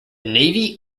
navy